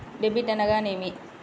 Debit అనగానేమి?